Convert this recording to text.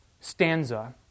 stanza